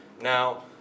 Now